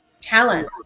talent